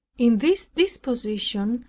in this disposition,